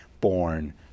born